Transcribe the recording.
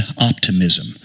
Optimism